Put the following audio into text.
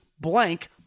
blank